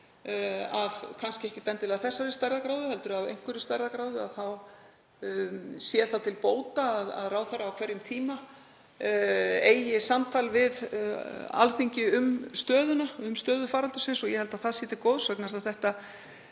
og kannski ekki bara af þessari stærðargráðu heldur af einhverri stærðargráðu, þá sé það til bóta að ráðherra á hverjum tíma eigi samtal við Alþingi um stöðuna, um stöðu faraldursins. Ég held að það sé til góðs vegna þess